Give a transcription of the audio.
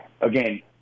again